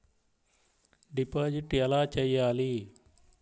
Deposit ఎలా చెయ్యాలి?